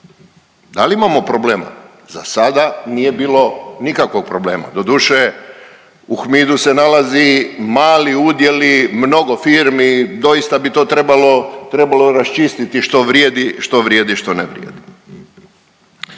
Da li imamo problema? Za sada nije bilo nikakvog problema. Doduše, u HMID-u se nalazi mali udjeli mnogo firmi, doista bi to trebalo, trebalo raščistiti što vrijedi, što vrijedi, što ne vrijedi.